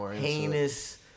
heinous